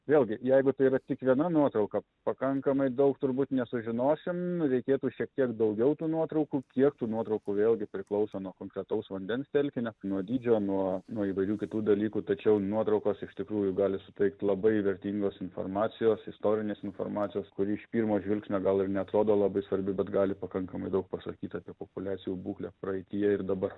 vėlgi jeigu tai yra tik viena nuotrauka pakankamai daug turbūt nesužinosim reikėtų šiek tiek daugiau tų nuotraukų kiek tų nuotraukų vėlgi priklauso nuo konkretaus vandens telkinio nuo dydžio nuo nuo įvairių kitų dalykų tačiau nuotraukos iš tikrųjų gali suteikt labai vertingos informacijos istorinės informacijos kuri iš pirmo žvilgsnio gal ir neatrodo labai svarbi bet gali pakankamai daug pasakyt apie populiacijų būklę praeityje ir dabar